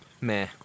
meh